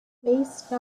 waste